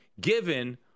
given